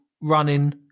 running